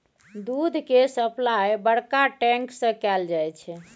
दूध केर सप्लाई बड़का टैंक सँ कएल जाई छै